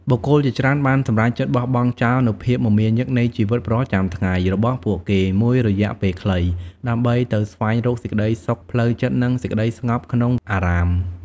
បុគ្គលជាច្រើនបានសម្រេចចិត្តបោះបង់ចោលនូវភាពមមាញឹកនៃជីវិតប្រចាំថ្ងៃរបស់ពួកគេមួយរយៈពេលខ្លី ដើម្បីទៅស្វែងរកសេចក្តីសុខផ្លូវចិត្តនិងសេចក្តីស្ងប់ក្នុងអារាម។